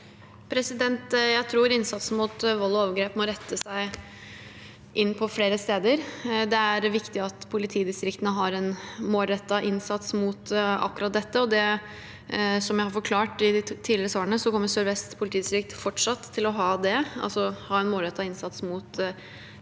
Jeg tror innsatsen mot vold og overgrep må rette seg inn mot flere steder. Det er viktig at politidistriktene har en målrettet innsats mot akkurat dette, og som jeg har forklart i de tidligere svarene, kommer Sør-Vest politidistrikt fortsatt til å ha en målrettet innsats mot